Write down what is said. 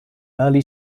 early